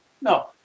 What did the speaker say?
no